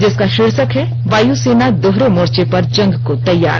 जिसका शीर्षक है वायुसेना दोहरे मोर्च पर जंग को तैयार